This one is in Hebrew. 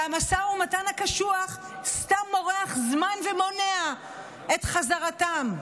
והמשא ומתן הקשוח סתם מורח זמן ומונע את חזרתם.